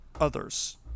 Others